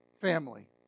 family